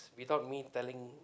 without me telling